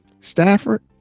Stafford